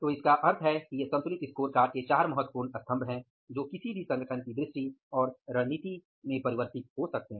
तो इसका मतलब है कि ये संतुलित स्कोरकार्ड के चार महत्वपूर्ण स्तंभ हैं जो किसी भी संगठन की दृष्टि और रणनीति में परिवर्तित हो सकते हैं